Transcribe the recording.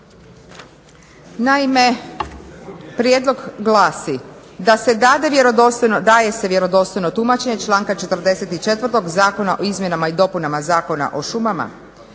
Naime, prijedlog glasi da se daje vjerodostojno tumačenje članka 44. Zakona o izmjenama i dopunama Zakona o šumama.